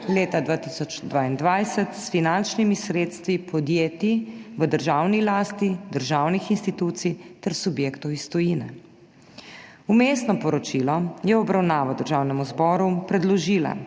leta 2022 s finančnimi sredstvi podjetij v državni lasti, državnih institucij ter subjektov iz tujine. Predlog sklepa je v obravnavo zboru predložila